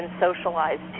socialized